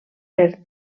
per